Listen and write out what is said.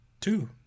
Two